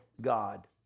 God